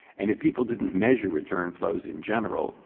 and if people didn't measure return flows in general,